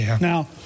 Now